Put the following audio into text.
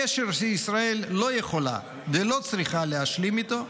קשר שישראל לא יכולה ולא צריכה להשלים איתו,